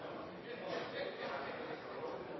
via